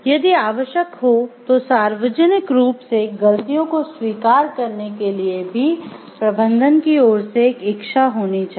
यदि आवश्यक हो तो सार्वजनिक रूप से गलतियों को स्वीकार करने के लिए प्रबंधन की ओर से एक इच्छा होनी चाहिए